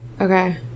okay